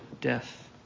death